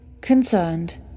Concerned